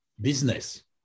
business